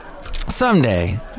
someday